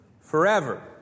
forever